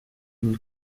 une